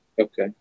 Okay